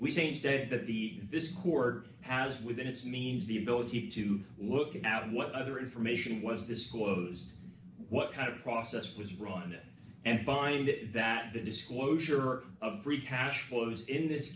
we changed that the this court has within its means the ability to look at what other information was disclosed what kind of process was wrong on it and find that the disclosure of free cash flows in this